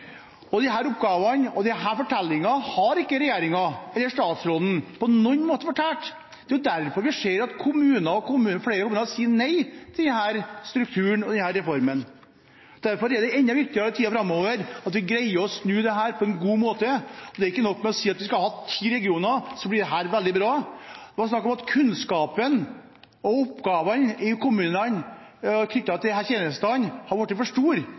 beskrive de arbeidsoppgavene som må til, og som dette nivået skal ha og forvalte på en god og trygg måte for sine innbyggere. Disse oppgavene og denne fortellingen har ikke regjeringen eller statsråden på noen måte fortalt. Det er derfor det skjer at flere kommuner sier nei til denne strukturen og denne reformen, og derfor er det enda viktigere i tiden framover at vi greier å snu dette på en god måte. Det er ikke nok å si at vi skal ha ti regioner, så blir dette veldig bra. Det snakkes om at kunnskapen og oppgavene i kommunene knyttet til disse tjenestene er blitt for store.